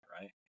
right